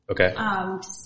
Okay